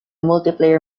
multiplayer